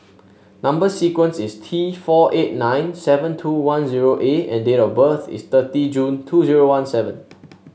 number sequence is T four eight nine seven two one zero A and date of birth is thirty June two zero one seven